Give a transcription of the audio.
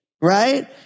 right